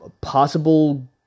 possible